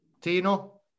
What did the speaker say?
Tino